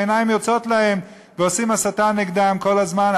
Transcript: העיניים יוצאות להם ועושים הסתה נגדם כל הזמן.